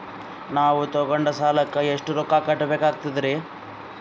ನಾವು ತೊಗೊಂಡ ಸಾಲಕ್ಕ ಎಷ್ಟು ರೊಕ್ಕ ಕಟ್ಟಬೇಕಾಗ್ತದ್ರೀ?